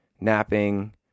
napping